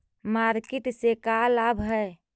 Market से का लाभ है?